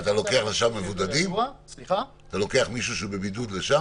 עליהם חובת בידוד.